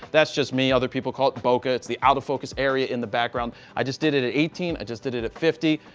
that's just me. other people call it bokeh. it's the out of focus area in the background. i just did it at eighteen. i just did it at fifty.